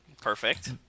Perfect